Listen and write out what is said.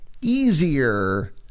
easier